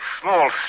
small